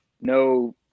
no